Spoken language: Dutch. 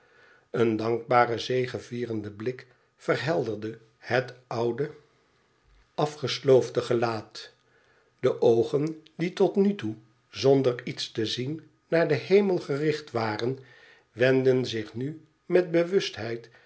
en dankbare zegevierende blik verhelderde het oude afgesloofde gelaat de oogen die tot nu toe zonder iets te zien naar den hemel geridht waren wendden zich nu met